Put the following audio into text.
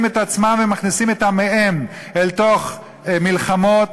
את עצמם מכניסים את עמיהם אל תוך מלחמות.